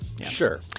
Sure